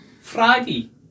Friday